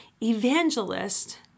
evangelist